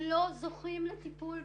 לא זוכים לטיפול בישראל.